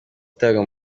gutabwa